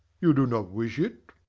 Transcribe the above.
you do not wish it?